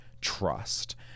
trust